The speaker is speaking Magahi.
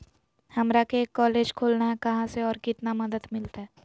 हमरा एक कॉलेज खोलना है, कहा से और कितना मदद मिलतैय?